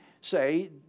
say